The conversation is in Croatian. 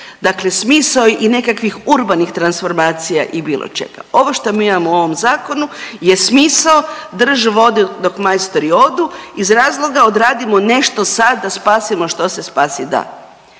Dakle smisao i nekakvih urbanih transformacija i bilo čega. Ovo šta mi imamo u ovom Zakonu je smisao drž vodu dok majstori odu, iz razloga, odradimo nešto sad da spasimo što se spasit da.